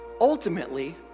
ultimately